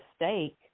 mistake